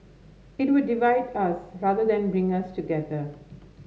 it would divide us rather than bring us together